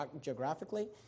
geographically